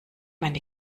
meine